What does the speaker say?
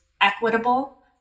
equitable